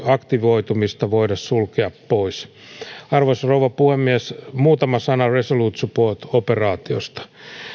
aktivoitumista voida sulkea pois arvoisa rouva puhemies muutama sana resolute support operaatiosta